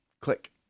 click